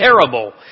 terrible